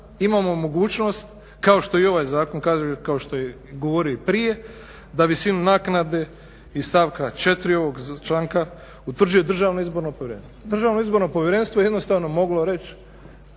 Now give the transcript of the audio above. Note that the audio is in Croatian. imamo mogućnost, kao što i ovaj zakon kaže, kao što je govorio i prije da visinu naknade iz stavka 4 ovog članka, utvrđuje Državno izborno povjerenstvo. Državno izborno povjerenstvo je jednostavno moglo reći